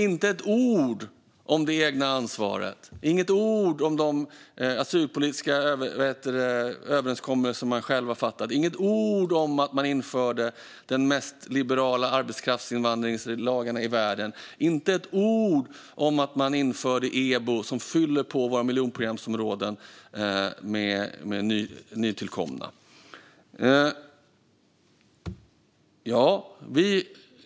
Inte ett ord om det egna ansvaret, inte ett ord om de asylpolitiska överenskommelser som man själv har fattat beslut om, inte ett ord om att man införde de mest liberala arbetskraftsinvandringslagarna i världen och inte ett ord om att man införde EBO som fyller våra miljonprogramsområden med nytillkomna.